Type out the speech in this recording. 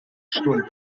stunden